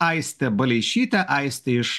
aistė baleišytė aistė iš